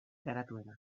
garatuena